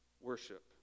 worship